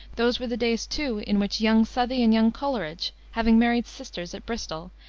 those were the days, too, in which young southey and young coleridge, having married sisters at bristol,